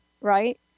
right